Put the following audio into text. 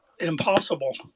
impossible